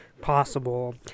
possible